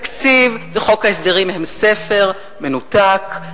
התקציב וחוק ההסדרים הם ספר מנותק,